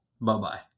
Bye-bye